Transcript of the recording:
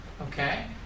Okay